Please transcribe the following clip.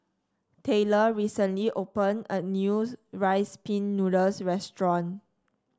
Tayler recently open a new Rice Pin Noodles restaurant